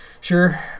Sure